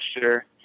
sure